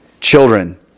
children